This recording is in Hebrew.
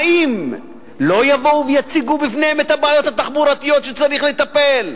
האם לא יבואו ויציגו בפניהן את הבעיות התחבורתיות שצריך לטפל בהן?